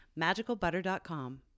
MagicalButter.com